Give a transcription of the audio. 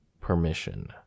permission